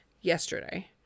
yesterday